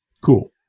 Cool